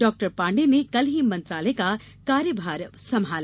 डॉ पांडेय ने कल ही मंत्रालय का कार्यभार संभाला